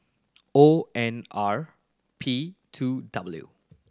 O N R P two W